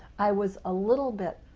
i was a little bit,